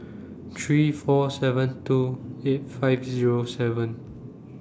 three four seven two eight five Zero seven